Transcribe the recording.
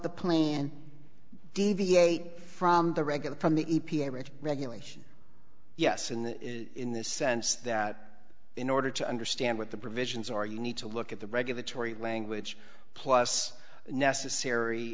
the plane and deviate from the regular from the e p a regulation yes in the in the sense that in order to understand what the provisions are you need to look at the regulatory language plus the necessary